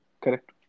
Correct